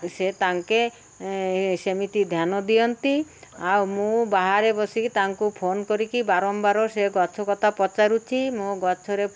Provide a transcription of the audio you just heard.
ସେ ତାଙ୍କେ ସେମିତି ଧ୍ୟାନ ଦିଅନ୍ତି ଆଉ ମୁଁ ବାହାରେ ବସିକି ତାଙ୍କୁ ଫୋନ୍ କରିକି ବାରମ୍ବାର ସେ ଗଛଲତା ପଚାରୁଛିି ମୋ ଗଛରେ